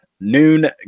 noon